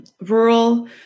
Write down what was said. rural